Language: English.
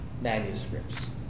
manuscripts